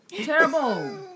Terrible